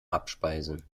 abspeisen